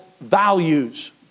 values